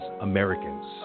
Americans